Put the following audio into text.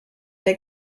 der